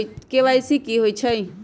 KYC कि होई छई?